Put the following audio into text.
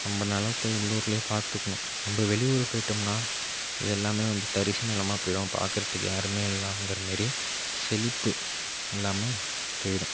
நம்ப நிலத்த உள்ளூர்லையே பார்த்துக்குணும் நம்ப வெளியூர் போயிட்டோம்ன்னா இது எல்லாமே வந்து தரிசு நிலமா போய்டும் பார்க்குறதுக்கு யாருமே இல்லைங்குறமாதிரி செழிப்பு இல்லாமல் போய்டும்